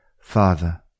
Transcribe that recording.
Father